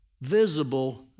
visible